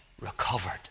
recovered